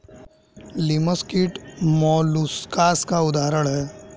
लिमस कीट मौलुसकास का उदाहरण है